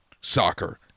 soccer